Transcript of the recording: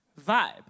vibe